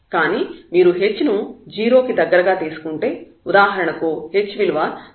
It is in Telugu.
కానీ మీరు h ను 0 కి దగ్గరగా తీసుకుంటే ఉదాహరణకు h విలువ 0